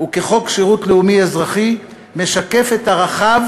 וכחוק שירות לאומי-אזרחי משקף את ערכיו